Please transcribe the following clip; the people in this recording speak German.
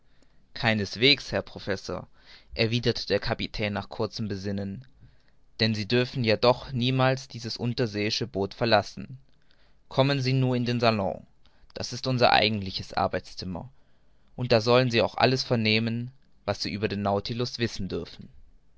keineswegs herr professor erwiderte der kapitän nach kurzem besinnen denn sie dürfen ja doch niemals dieses unterseeische boot verlassen kommen sie nur in den salon das ist unser eigentliches arbeitszimmer und da sollen sie auch alles vernehmen was sie über den nautilus wissen dürfen